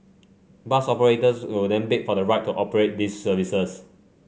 bus operators will then bid for the right to operate these services